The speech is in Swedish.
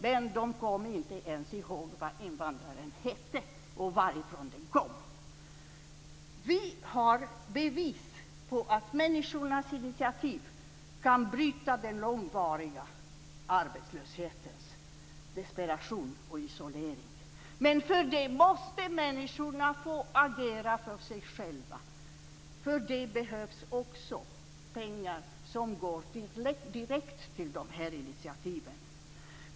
Men de kom inte ens ihåg vad invandraren hette eller varifrån han kom. Vi har bevis på att människornas initiativ kan bryta den långvariga arbetslöshetens desperation och isolering. Men för det måste människorna få agera för sig själva. För det behövs också pengar som går direkt till de här initiativen.